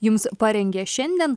jums parengė šiandien